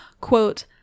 Quote